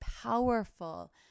powerful